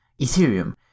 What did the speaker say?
Ethereum